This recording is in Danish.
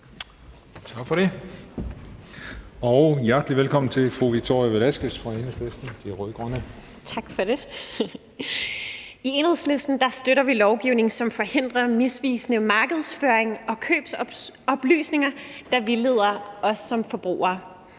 I Enhedslisten støtter vi lovgivning, som forhindrer misvisende markedsføring og købsoplysninger, der vildleder os som forbrugere.